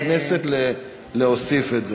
ברישומי הכנסת להוסיף את זה.